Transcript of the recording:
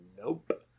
nope